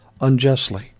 unjustly